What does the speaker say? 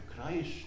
Christ